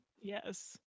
Yes